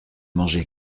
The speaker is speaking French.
manger